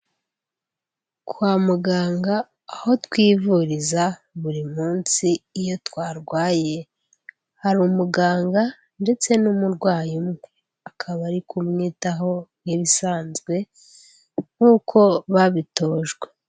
Kwa muganga aho twivuriza buri munsi iyo twarwaye hari umuganga ndetse n'umurwayi umwe akaba ari kumwitaho nk'ibisanzwe nk'uko babitojwe.